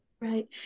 right